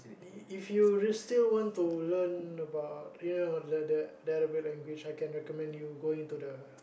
if you still want to learn about you know the the arabic language I can recommend you going to the